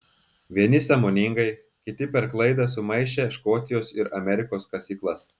vieni sąmoningai kiti per klaidą sumaišę škotijos ir amerikos kasyklas